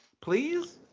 please